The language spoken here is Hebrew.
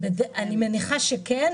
אני מניחה שכן.